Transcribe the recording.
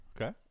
Okay